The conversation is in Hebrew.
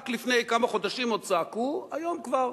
רק לפני כמה חודשים עוד צעקו, היום כבר,